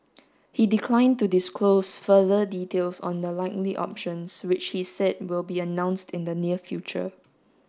he declined to disclose further details on the likely options which he said will be announced in the near future